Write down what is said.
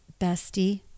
bestie